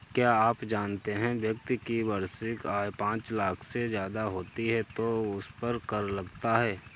क्या आप जानते है व्यक्ति की वार्षिक आय पांच लाख से ज़्यादा होती है तो उसपर कर लगता है?